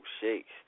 Shakes